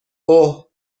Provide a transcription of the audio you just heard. اوه